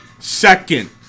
Second